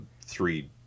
three